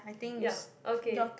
ya okay